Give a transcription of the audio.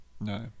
No